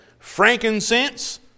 frankincense